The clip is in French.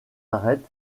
arêtes